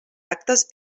actes